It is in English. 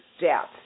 depth